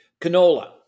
Canola